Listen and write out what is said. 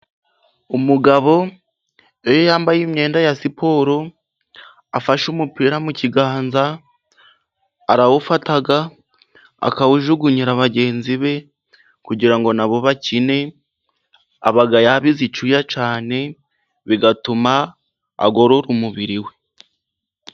Umugabo iyo yambaye imyenda ya siporo， afashe umupira mu kiganza， arawufata akawujugunyira bagenzi be， kugira ngo na bo bakine， aba yabize icyuya cyane， bigatuma agorora umubiri we.